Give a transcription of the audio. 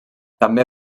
també